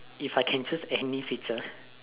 if I can choose any picture